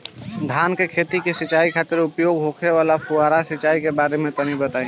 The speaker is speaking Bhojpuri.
धान के खेत की सिंचाई खातिर उपयोग होखे वाला फुहारा सिंचाई के बारे में तनि बताई?